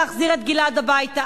להחזיר את גלעד הביתה,